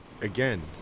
again